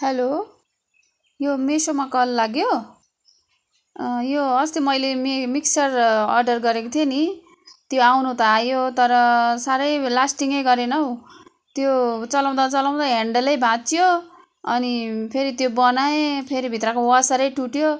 hello यो मेसोमा कल लाग्यो अस्ति मैले मिक्सचर अर्डर गरेको थिएँ नि त्यो आउनु त आयो तर साह्रै लास्टिङै गरेन हौ त्यो चलाउँदा चलाउँदा हेन्डलै भाँच्यो अनि फेरि त्यो बनाए फेरि भित्रको वासरै टुट्यो